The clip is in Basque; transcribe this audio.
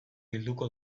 bilduko